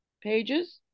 pages